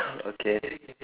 okay